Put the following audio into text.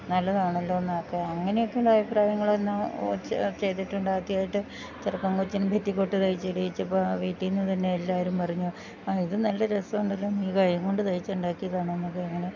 നല്ലതാണല്ലോ എന്നൊക്കെ അങ്ങനെയൊക്കെയുള്ള അഭിപ്രായങ്ങൾ എന്ന് വെച്ച് ചെയ്തിട്ടുണ്ട് ആദ്യമായിട്ട് ചെറുപ്പം കൊച്ചിന് പെറ്റിക്കോട്ട് തയ്ച്ചിടീച്ചപ്പോൾ വീട്ടിൽ നിന്ന് തന്നെ എല്ലാവരും പറഞ്ഞു ഇത് നല്ല രസമുണ്ടെല്ലോ നീ കൈ കൊണ്ട് തയ്ച്ച്ണ്ടാക്കിയതാണോ എന്നൊക്കെ അങ്ങനെ